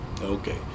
okay